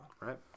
Right